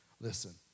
listen